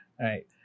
right